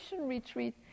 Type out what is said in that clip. retreat